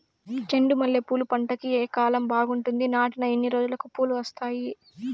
చెండు మల్లె పూలు పంట కి ఏ కాలం బాగుంటుంది నాటిన ఎన్ని రోజులకు పూలు వస్తాయి